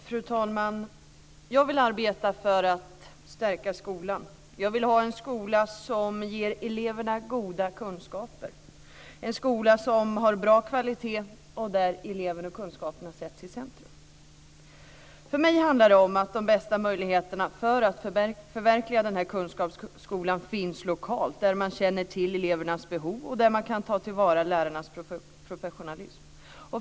Fru talman! Jag vill arbeta för att stärka skolan. Jag vill ha en skola som ger eleverna goda kunskaper, en skola som har bra kvalitet och där eleverna och kunskaperna sätts i centrum. För mig handlar det om att de bästa möjligheterna för att förverkliga denna kunskapsskola finns lokalt, där man känner till elevernas behov, och där man kan ta till vara lärarnas professionalism.